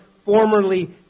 formerly